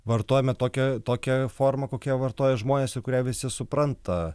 vartojame tokią tokią formą kokią vartoja žmonės ir kurią visi supranta